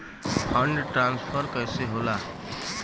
Fund transfer कैसे होला?